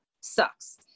sucks